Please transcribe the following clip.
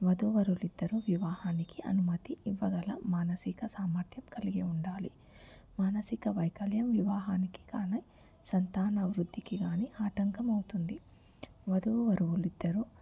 వధూవరులు ఇద్దరు వివాహానికి అనుమతి ఇవ్వగల మానసిక సామర్థ్యం కలిగి ఉండాలి మానసిక వైకల్యం వివాహానికి కాని సంతాన అభివృద్ధికి కాని ఆటంకం అవుతుంది వధూవరులు ఇద్దరు